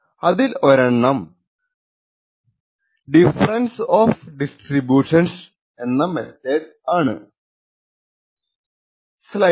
അതിൽ ഒരെണ്ണം difference of distributions ആണ്